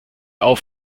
auf